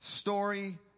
story